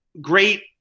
great